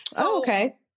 Okay